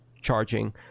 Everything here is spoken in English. charging